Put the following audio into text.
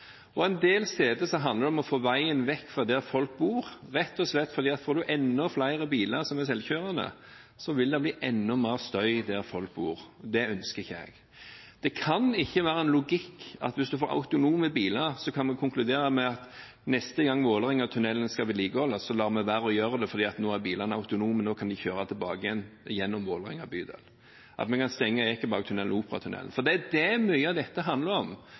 biler. En del steder handler det om å få veien vekk fra der folk bor, rett og slett fordi at får man enda flere biler som er selvkjørende, så vil det bli enda mer støy der folk bor. Det ønsker ikke jeg. Det kan ikke være en logikk at hvis en får autonome biler, så kan en konkludere med at neste gang Vålerengatunnelen skal vedlikeholdes, så lar vi være å gjøre det, for nå er bilene autonome, nå kan de kjøre tilbake igjen gjennom Vålerenga bydel, eller at vi kan stenge Ekebergtunnelen og Operatunnelen, og det er det mye av dette handler om.